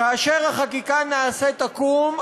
כאשר החקיקה נעשית עקום,